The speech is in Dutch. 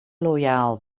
loyaal